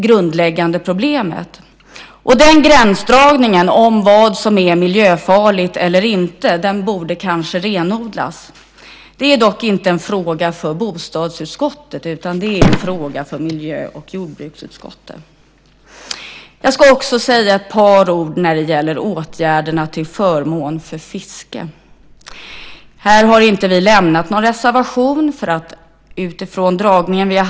Gränsdragningen mellan vad som är miljöfarligt eller inte borde kanske renodlas. Det är dock inte en fråga för bostadsutskottet, utan det är en fråga för miljö och jordbruksutskottet. Jag ska också säga ett par ord om åtgärderna till förmån för fiske. Här har vi inte lämnat någon reservation.